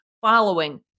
following